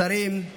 שרים,